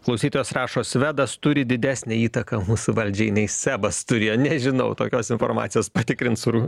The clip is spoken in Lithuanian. klausytojas rašo svedas turi didesnę įtaką mūsų valdžiai nei sebas turėjo nežinau tokios informacijos patikrins ru